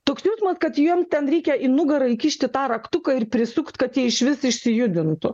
toks jausmas kad jiem ten reikia į nugarą įkišti tą raktuką ir prisukt kad jie išvis išsijudintų